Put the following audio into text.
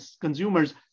consumers